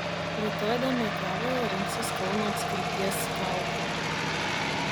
rytoj domeikavoje rinksis kauno apskrities skautai